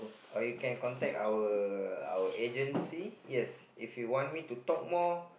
or you can contact our our agency yes if you want me to talk more